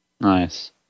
Nice